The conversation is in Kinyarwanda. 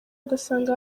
ugasanga